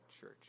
church